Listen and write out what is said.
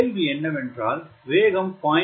கேள்வி என்னவென்றால் வேகம் 0